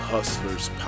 Hustlers